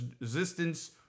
resistance